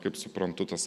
kaip suprantu tas